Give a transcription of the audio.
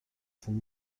from